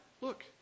Look